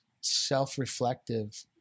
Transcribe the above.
self-reflective